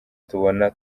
tubona